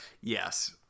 Yes